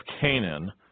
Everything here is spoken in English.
Canaan